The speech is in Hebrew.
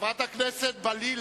חברת הכנסת בלילא,